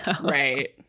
Right